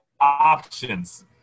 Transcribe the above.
options